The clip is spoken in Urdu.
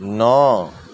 نو